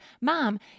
Mom